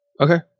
Okay